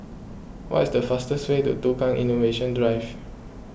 what is the fastest way to Tukang Innovation Drive